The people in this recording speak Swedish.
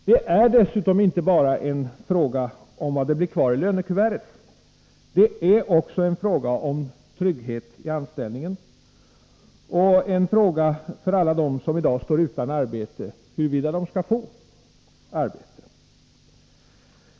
Det är dessutom inte bara en fråga om vad det blir kvar i lönekuvertet, utan också en fråga om tryggheten i anställningen och en fråga för alla dem som i dag står utan arbete om huruvida de skall få arbete.